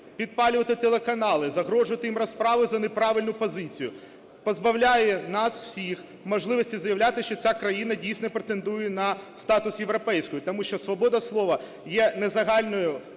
підпалювати телеканали, загрожувати їм розправою за неправильну позицію, позбавляє нас всіх можливості заявляти, що ця країна, дійсно, претендує на статус європейської. Тому що свобода слова є не загальною